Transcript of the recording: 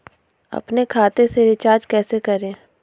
अपने खाते से रिचार्ज कैसे करें?